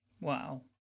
Wow